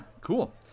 cool